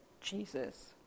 Jesus